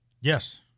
Yes